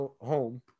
home